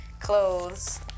Clothes